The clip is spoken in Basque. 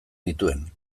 nituen